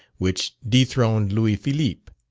which dethroned louis philippe.